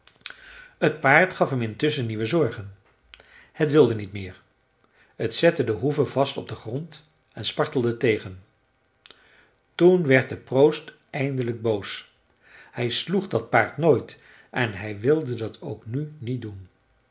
t paard gaf hem intusschen nieuwe zorgen het wilde niet meer het zette de hoeven vast op den grond en spartelde tegen toen werd de proost eindelijk boos hij sloeg dat paard nooit en hij wilde dat ook nu niet doen